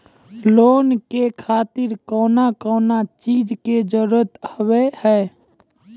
Loan के खातिर कौन कौन चीज के जरूरत हाव है?